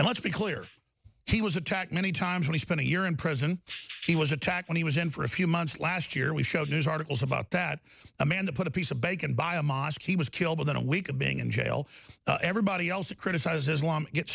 and let's be clear he was attacked many times and he spent a year in present he was attacked when he was in for a few months last year we showed news articles about that amanda put a piece of bacon by a mosque he was killed within a week of being in jail everybody else to criticize islam gets